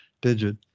digit